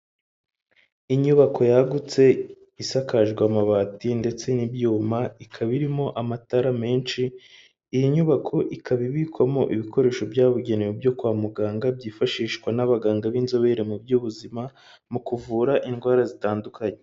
Inyubako yagutse isakajwe amabati ndetse n'ibyuma, ikaba irimo amatara menshi. Iyi nyubako ikaba ibikwamo ibikoresho byabugenewe byo kwa muganga byifashishwa n'abaganga b'inzobere mu by'ubuzima mu kuvura indwara zitandukanye.